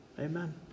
Amen